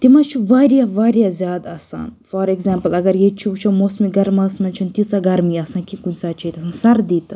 تِمَے چھِ واریاہ واریاہ زِیادٕ آسان فار اؠگزَامپٕل اَگر ییٚتہِ چھِ موسمہِ گَرماہَس منٛز چھنہٕ تیٖژا گَرمی آسان کہیٖنٛۍ کُنہِ ساتہٕ چھِ ییٚتہِ آسان سَردی تہٕ